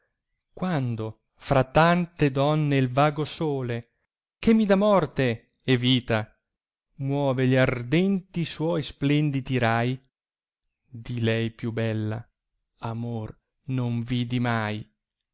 quando fra tante donne il vago sole che mi dà morte e vita muove gli ardenti suoi splendidi rai di lei più bella amor non vidi mai